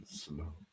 slow